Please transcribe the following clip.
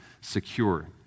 secure